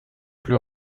plus